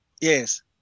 yes